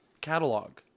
catalog